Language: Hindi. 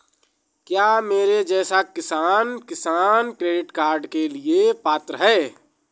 क्या मेरे जैसा किसान किसान क्रेडिट कार्ड के लिए पात्र है?